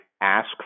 ask